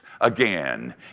again